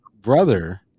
brother